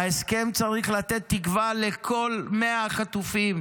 ההסכם צריך לתת תקווה לכל 100 החטופים.